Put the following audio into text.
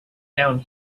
down